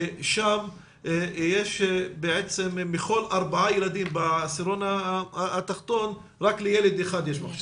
שם מכל ארבעה ילדים, רק לילד אחד יש מחשב.